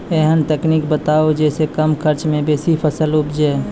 ऐहन तकनीक बताऊ जै सऽ कम खर्च मे बेसी फसल उपजे?